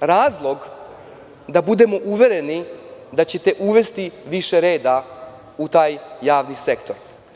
razlog da budemo uvereni da ćete uvesti više reda u taj javni sektor.